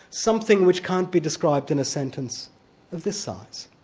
something which can't be described in a sentence of this size,